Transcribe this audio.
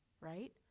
right